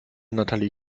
natalie